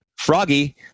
froggy